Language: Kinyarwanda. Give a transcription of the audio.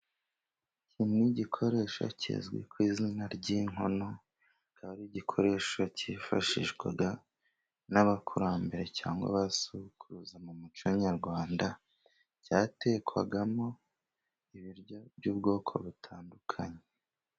Iki ni igikoresho kizwi ku izina ry'inkono . Igikoresho cyifashishwaga n'abakurambere, cyangwa aba sogokuruza mu muco nyarwanda . Cyatekwagamo ibiryo by'ubwoko butandukanye.